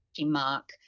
Mark